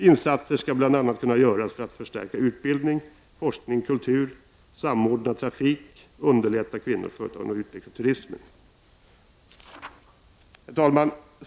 Insatser skall bl.a. kunna göras för att förstärka utbildning, forskning och kultur samt för att samordna trafik, underlätta kvinnors företagande och utveckla turismen. Herr talman!